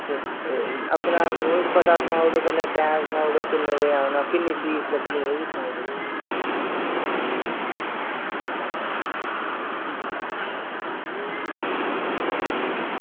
ओह् अपना पता सनाई ओड़ो कन्नै टैम सनाई ओड़ो किन्ने बजे औना किन्नी फीस लग्गनी एह्बी सुनाई ओड़ो